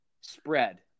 spread